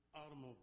automobile